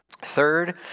Third